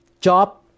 job